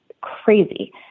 Crazy